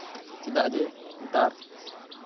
ᱪᱮᱫᱟᱜ ᱡᱮ ᱱᱮᱛᱟᱨ